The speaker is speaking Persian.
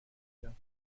بودم